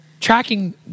tracking